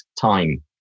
time